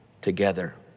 together